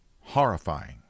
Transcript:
horrifying